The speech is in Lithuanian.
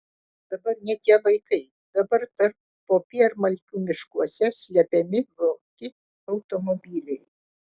dabar ne tie laikai dabar tarp popiermalkių miškuose slepiami vogti automobiliai